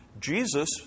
jesus